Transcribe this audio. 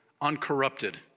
uncorrupted